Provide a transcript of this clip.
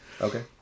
Okay